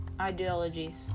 ideologies